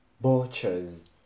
butchers